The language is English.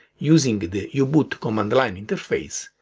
using the yeah u-boot command line interface,